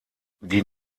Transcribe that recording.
die